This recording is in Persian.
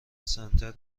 سنتر